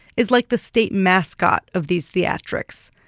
is like the state mascot of these theatrics.